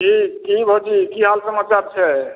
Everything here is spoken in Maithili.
जी जी भौजी की हाल समाचार छै